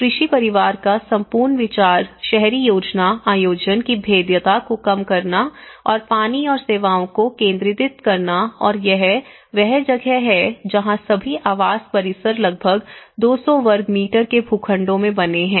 कृषि परिवार का संपूर्ण विचार शहरी योजना आयोजन की भेद्यता को कम करना और पानी और सेवाओं को केंद्रीकृत करना है और यह वह जगह है जहाँ सभी आवास परिसर लगभग 200 वर्ग मीटर के भूखंडों में बने हैं